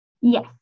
Yes